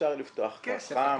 אפשר לפתוח קו חם.